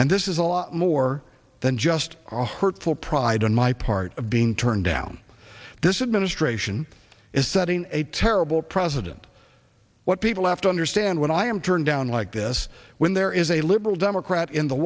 and this is a lot more than just a hurtful pride on my part of being turned down this administration is setting a terrible president what people have to and when i am turned down like this when there is a liberal democrat in the